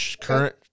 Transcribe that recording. current